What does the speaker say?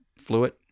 fluid